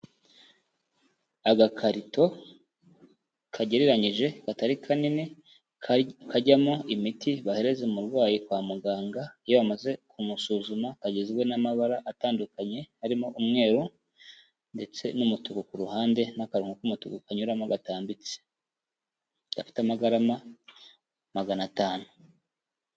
Agakarito kagereranyije katari kanini, kajyamo imiti bahereze umurwayi kwa muganga iyo bamaze kumusuzuma, kagizwe n'amabara atandukanye arimo umweru ndetse n'umutuku ku ruhande n'akarongo k'umutuku kanyuramo gatambitse, gafite amagarama magana atanu.